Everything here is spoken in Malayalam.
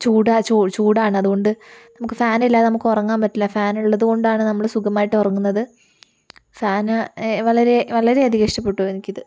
ചൂടാ ചൂടാണ് അതുകൊണ്ട് നമുക്ക് ഫാനില്ലാതെ നമുക്ക് ഉറങ്ങാൻ പറ്റില്ല ഫാനുള്ളതുകൊണ്ടാണ് നമ്മള് സുഖമായിട്ട് ഉറങ്ങുന്നത് ഫാന് വളരെ വളരേയധികം ഇഷ്ടപ്പെട്ടു എനിക്കിത്